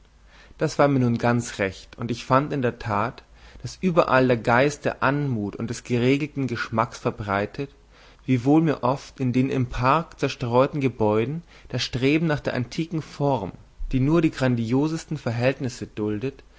das war mir nun ganz recht und ich fand in der tat daß überall der geist der anmut und des geregelten geschmacks verbreitet wiewohl mir oft in den im park zerstreuten gebäuden das streben nach der antiken form die nur die grandiosesten verhältnisse duldet